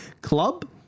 club